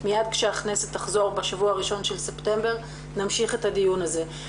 מיד כשהכנסת תחזור בשבוע הראשון של ספטמבר נמשיך את הדיון הזה.